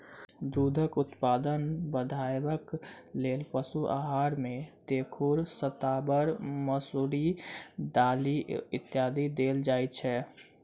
दूधक उत्पादन बढ़यबाक लेल पशुक आहार मे तेखुर, शताबर, मसुरिक दालि इत्यादि देल जाइत छै